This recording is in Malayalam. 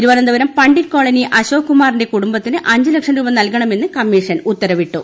തിരുവനന്തപുരം പണ്ഡിറ്റ് കോളനി അശോക് കുമാറിന്റെ കുടുംബത്തിന് അഞ്ചു ലക്ഷം രൂപ നൽകണമെന്ന് കമ്മീഷൻ ഉത്തരവിട്ടു